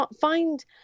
find